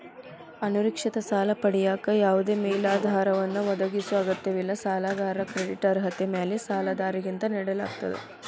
ಅಸುರಕ್ಷಿತ ಸಾಲ ಪಡೆಯಕ ಯಾವದೇ ಮೇಲಾಧಾರವನ್ನ ಒದಗಿಸೊ ಅಗತ್ಯವಿಲ್ಲ ಸಾಲಗಾರಾಗಿ ಕ್ರೆಡಿಟ್ ಅರ್ಹತೆ ಮ್ಯಾಲೆ ಸಾಲದಾತರಿಂದ ನೇಡಲಾಗ್ತ